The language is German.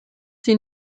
die